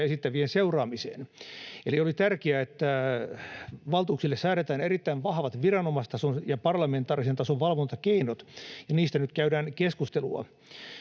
esittävien seuraamiseen. Eli oli tärkeää, että valtuuksille säädetään erittäin vahvat viranomaistason ja parlamentaarisen tason valvontakeinot, ja niistä nyt käydään keskustelua.